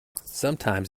sometimes